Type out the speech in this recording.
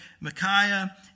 Micaiah